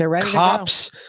cops